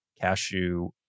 cashew